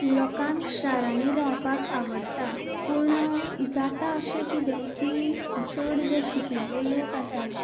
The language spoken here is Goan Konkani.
लोकांक शारांनी रावपाक आवडटा पूण जाता अशें कितें की चड जे शिकिल्ले लोक आसात